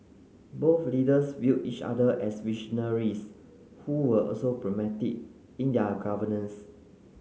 both leaders viewed each other as visionaries who were also pragmatic in their governance